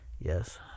Yes